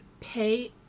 pay